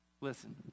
Listen